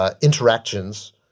interactions